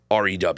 REW